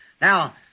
Now